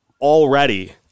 already